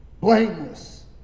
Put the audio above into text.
Blameless